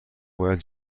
باید